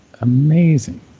amazing